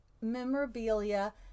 memorabilia